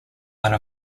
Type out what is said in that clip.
one